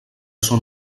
són